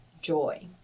joy